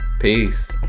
Peace